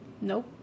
Nope